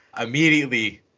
Immediately